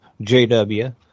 JW